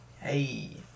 Hey